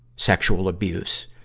sexual abuse.